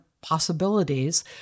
possibilities